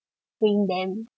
bring them